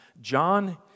John